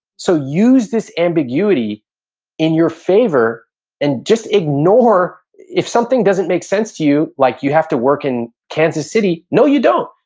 so use this ambiguity in your favor and just ignore if something doesn't make sense to you. like you have to work in kansas city, no, you don't.